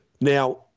Now